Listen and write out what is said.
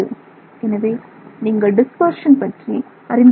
எனவே நீங்கள் டிஸ்பர்ஷன் பற்றி அறிந்து கொள்ள வேண்டும்